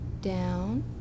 down